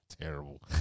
Terrible